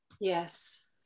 yes